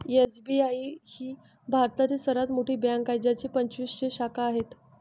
SBI ही भारतातील सर्वात मोठी बँक आहे ज्याच्या पंचवीसशे शाखा आहेत